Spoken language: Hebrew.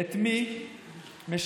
את מי משעמם,